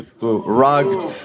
Rugged